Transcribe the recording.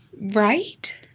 Right